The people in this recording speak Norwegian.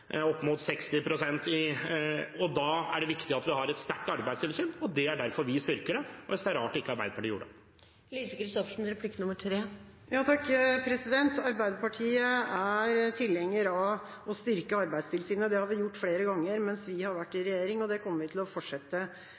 opp mot 60 pst. Da er det viktig at vi har et sterkt arbeidstilsyn, det er derfor vi styrker det, og jeg synes det er rart at ikke Arbeiderpartiet gjorde det. Arbeiderpartiet er tilhenger av å styrke Arbeidstilsynet, og det har vi gjort flere ganger mens vi har vært i regjering, og det kommer vi til å fortsette